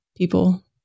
People